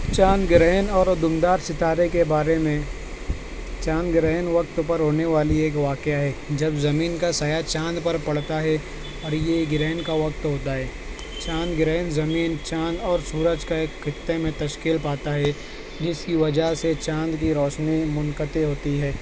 چاند گرہن اور دمدار ستارے کے بارے میں چاند گرہن وقت پر ہونے والی ایک واقعہ ہے جب زمین کا سایہ چاند پر پڑتا ہے اور یہ گرہن کا وقت ہوتا ہے چاند گرہن زمین چاند اور سورج کا ایک خطے میں تشکیل پاتا ہے جس کی وجہ سے چاند کی روشنی منقطع ہوتی ہے